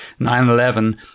9-11